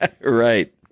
Right